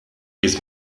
his